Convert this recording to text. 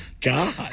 God